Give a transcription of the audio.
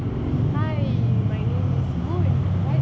hi my name is moon